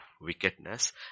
wickedness